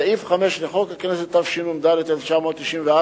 סעיף 5 לחוק הכנסת, התשנ"ד 1994,